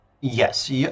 Yes